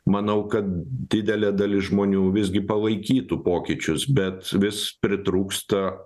manau kad didelė dalis žmonių visgi palaikytų pokyčius bet vis pritrūksta